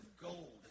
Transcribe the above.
gold